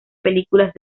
películas